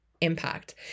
impact